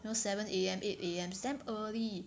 know seven A_M eight A_M it's damn early